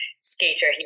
skater